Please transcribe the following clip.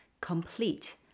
complete